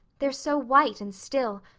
they're so white and still,